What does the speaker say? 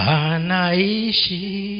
anaishi